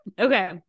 Okay